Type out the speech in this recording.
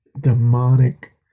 demonic